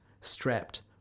strapped